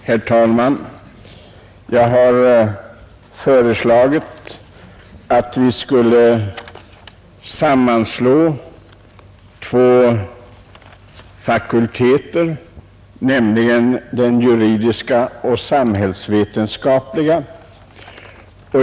Herr talman! Jag har föreslagit att de juridiska fakulteterna skulle sammanslås med de samhällsvetenskapliga.